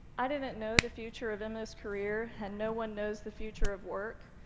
i didn't know the future of emma's career, and no one knows the future of work,